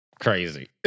crazy